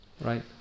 right